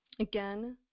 Again